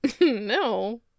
no